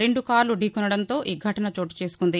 రెండు కార్లు ఢీ కొనడంతో ఈ ఘటన చోటుచేసుకుంది